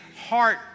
heart